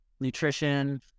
nutrition